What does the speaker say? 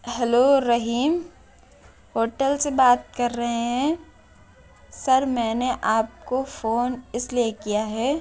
hello Rahim hotel سے بات کر رہے ہیں سر میں نے آپ کو فون اس لیے کیا ہے